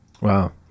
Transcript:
Wow